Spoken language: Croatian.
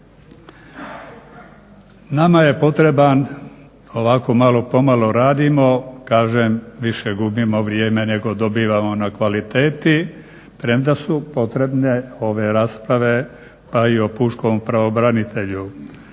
Nama je potreban ovako malo pomalo radimo, kažem više gubimo vrijeme nego dobivamo na kvaliteti. Premda su potrebne ove rasprave, pa i o pučkom pravobranitelju.